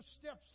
steps